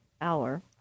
hour